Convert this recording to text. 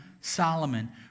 Solomon